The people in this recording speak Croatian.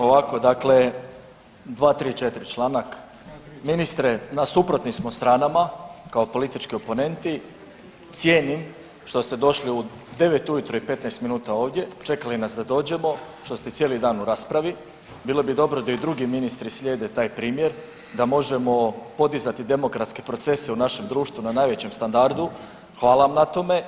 Ovako dakle 234. članak, ministre na suprotnim smo stranama kao politički oponenti, cijenim što ste došli u 9 ujutro i 15 minuta ovdje, čekali nas da dođemo, što ste cijeli dan u raspravi, bilo bi dobro da i drugi ministri slijede taj primjer da možemo podizati demokratske procese u našem društvu na najvećem standardu, hvala vam na tome.